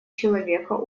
человека